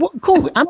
Cool